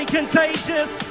Contagious